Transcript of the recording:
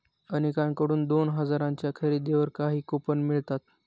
अनेकांकडून दोन हजारांच्या खरेदीवर काही कूपन मिळतात